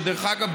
שדרך אגב,